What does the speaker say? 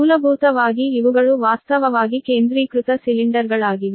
ಮೂಲಭೂತವಾಗಿ ಇವುಗಳು ವಾಸ್ತವವಾಗಿ ಕೇಂದ್ರೀಕೃತ ಸಿಲಿಂಡರ್ಗಳಾಗಿವೆ